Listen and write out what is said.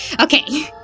Okay